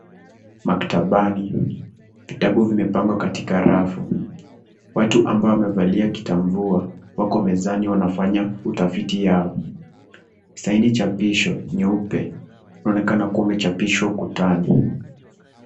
Maktabani, vitabu vimepangwa katika rafu. Watu ambao wamevalia kitamvua wako mezani wanafanya utafiti yao. Saini cha pisho nyeupe unaonekana kuwa umechapishwa ukutani.